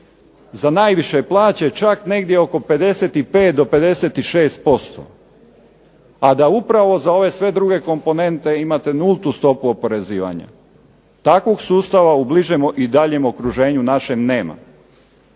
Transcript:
za najviše plaće čak negdje oko 55 do 56%, a da upravo za ove sve druge komponente imate nultu stopu oporezivanja. Takvog sustava u bližem i daljem okruženju našem nema.